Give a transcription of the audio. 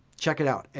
check it out. and